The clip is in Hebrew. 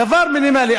זה דבר מינימלי.